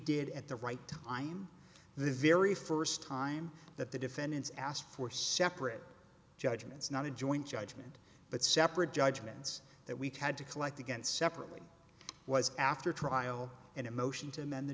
did at the right time the very first time that the defendants asked for separate judgments not a joint judgment but separate judgments that we had to collect against separately was after trial and a motion to amend the